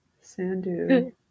Sandu